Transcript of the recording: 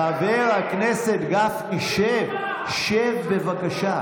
חבר הכנסת גפני, שב, בבקשה.